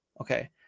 okay